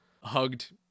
hugged